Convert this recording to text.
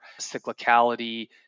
cyclicality